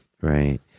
Right